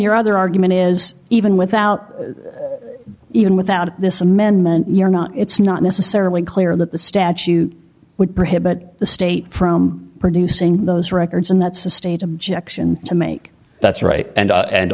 your other argument is even without even without this amendment you're not it's not necessarily clear that the statue would prohibit the state from producing those records and that's a state objection to make that's right and